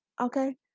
Okay